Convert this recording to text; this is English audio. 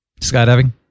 Skydiving